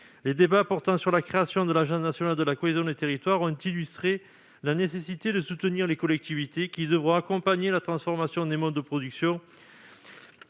Les débats portant sur la création de l'Agence nationale de la cohésion des territoires ont illustré la nécessité de soutenir les collectivités qui devront accompagner la transformation des modes de production